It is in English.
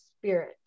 spirit